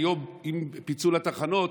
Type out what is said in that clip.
היום, עם פיצול התחנות,